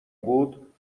بود